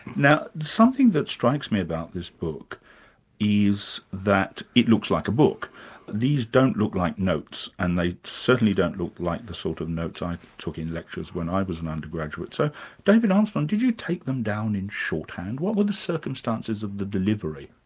now something that strikes me about this book is that it looks like a book these doesn't look like notes, and they certainly don't look like the sort of notes i took in lectures when i was an undergraduate. so david armstrong, did you take them down in shorthand? what were the circumstances of the delivery?